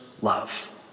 love